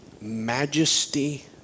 majesty